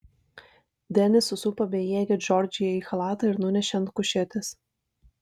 denis susupo bejėgę džordžiją į chalatą ir nunešė ant kušetės